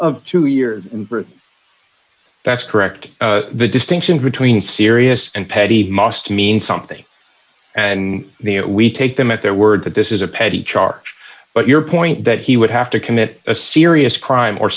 of two years in birth that's correct the distinction between serious and petty must mean something and we take them at their word that this is a petty charge but your point that he would have to commit a serious crime or